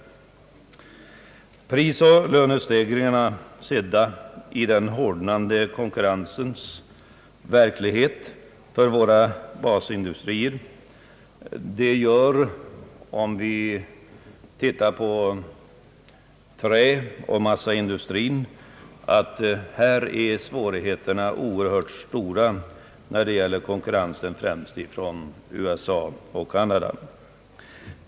I den hårdnande konkurrensen för våra basindustrier — se på träoch massaindustrin — bereder prisoch lönestegringarna oerhört stora svårigheter. Detta gäller främst med avseende på konkurrensen från USA och Kanada.